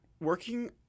working